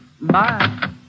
Bye